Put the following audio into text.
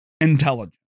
intelligence